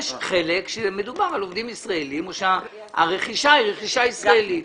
יש חלק שמדובר על עובדים ישראלים או שהרכישה היא רכישה ישראלית.